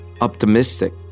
optimistic